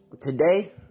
Today